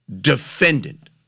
defendant